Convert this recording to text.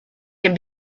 can